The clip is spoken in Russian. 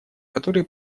которые